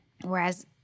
Whereas